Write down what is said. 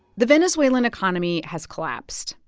the venezuelan economy has collapsed.